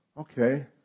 Okay